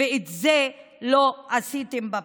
ואת זה לא עשיתם בבחירות.